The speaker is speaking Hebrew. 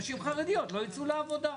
נשים חרדיות לא יצאו לעבודה?